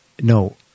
no